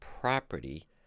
property